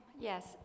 Yes